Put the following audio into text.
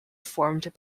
formed